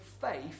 faith